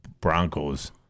Broncos